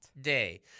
Day